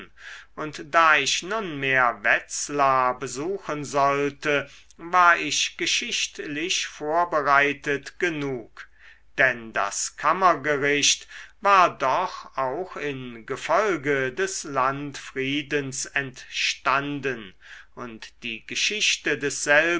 und da ich nunmehr wetzlar besuchen sollte war ich geschichtlich vorbereitet genug denn das kammergericht war doch auch in gefolge des landfriedens entstanden und die geschichte